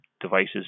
devices